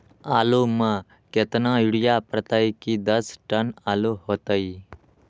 आलु म केतना यूरिया परतई की दस टन आलु होतई?